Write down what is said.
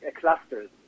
clusters